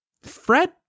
Fred